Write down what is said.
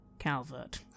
Calvert